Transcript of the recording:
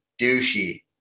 douchey